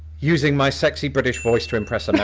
using my sexy british voice to impress and um